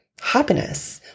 happiness